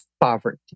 poverty